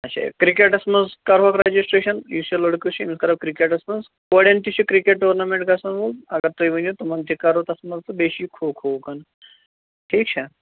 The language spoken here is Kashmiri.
اچھا کِرکٹَس منٛز کَرہوکھ رجسٹریشَن یُس یہِ لٔڑکہٕ چھِ أمِس کَرو کِرکٹَس منٛز کوڑٮ۪ن تہِ چھِ کِرکَٹ ٹورنامٮ۪نٛٹ گژھن وول اگر تُہۍ ؤنِو تمَن تہِ کَرو تَتھ منٛز تہٕ بیٚیہِ چھِ یہِ کھو کھوٗکَن ٹھیٖک چھا